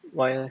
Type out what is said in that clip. why leh